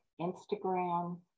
Instagram